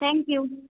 thank you